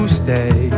stay